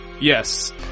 Yes